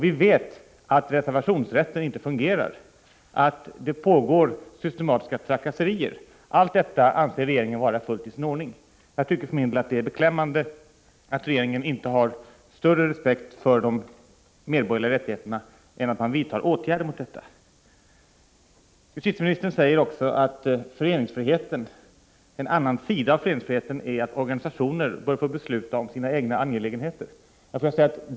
Vi vet att reservationsrätten inte fungerar och att det pågår systematiska trakasserier. Allt detta anser regeringen vara fullt i sin ordning. Jag tycker för min del att det är beklämmande att regeringen inte har större respekt för de medborgerliga rättigheterna än att man underlåter att vidta åtgärder mot detta. Justitieministern säger också att en annan sida av föreningsfriheten är att organisationer bör få besluta om sina egna angelägenheter.